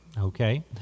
Okay